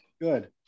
Good